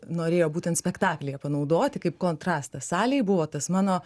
norėjo būtent spektaklyje panaudoti kaip kontrastas salei buvo tas mano